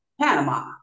Panama